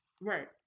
right